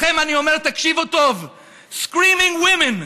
לכן אני אומר: תקשיבו טוב, Screaming women,